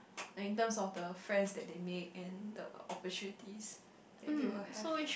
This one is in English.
and in terms of the friends that they make and the opportunities that they will have